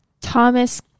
Thomas